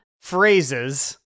phrases